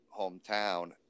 hometown